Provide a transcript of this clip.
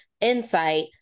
insight